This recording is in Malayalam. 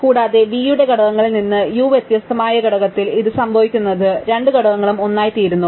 കൂടാതെ v യുടെ ഘടകങ്ങളിൽ നിന്ന് u വ്യത്യസ്തമായ ഘടകത്തിൽ ഇത് സംഭവിക്കുന്നത് രണ്ട് ഘടകങ്ങളും ഒന്നായിത്തീരുന്നു